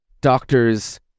doctors